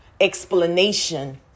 explanation